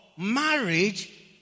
marriage